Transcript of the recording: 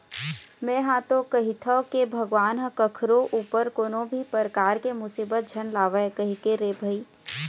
में हा तो कहिथव के भगवान ह कखरो ऊपर कोनो भी परकार के मुसीबत झन लावय कहिके रे भई